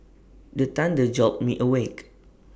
the thunder jolt me awake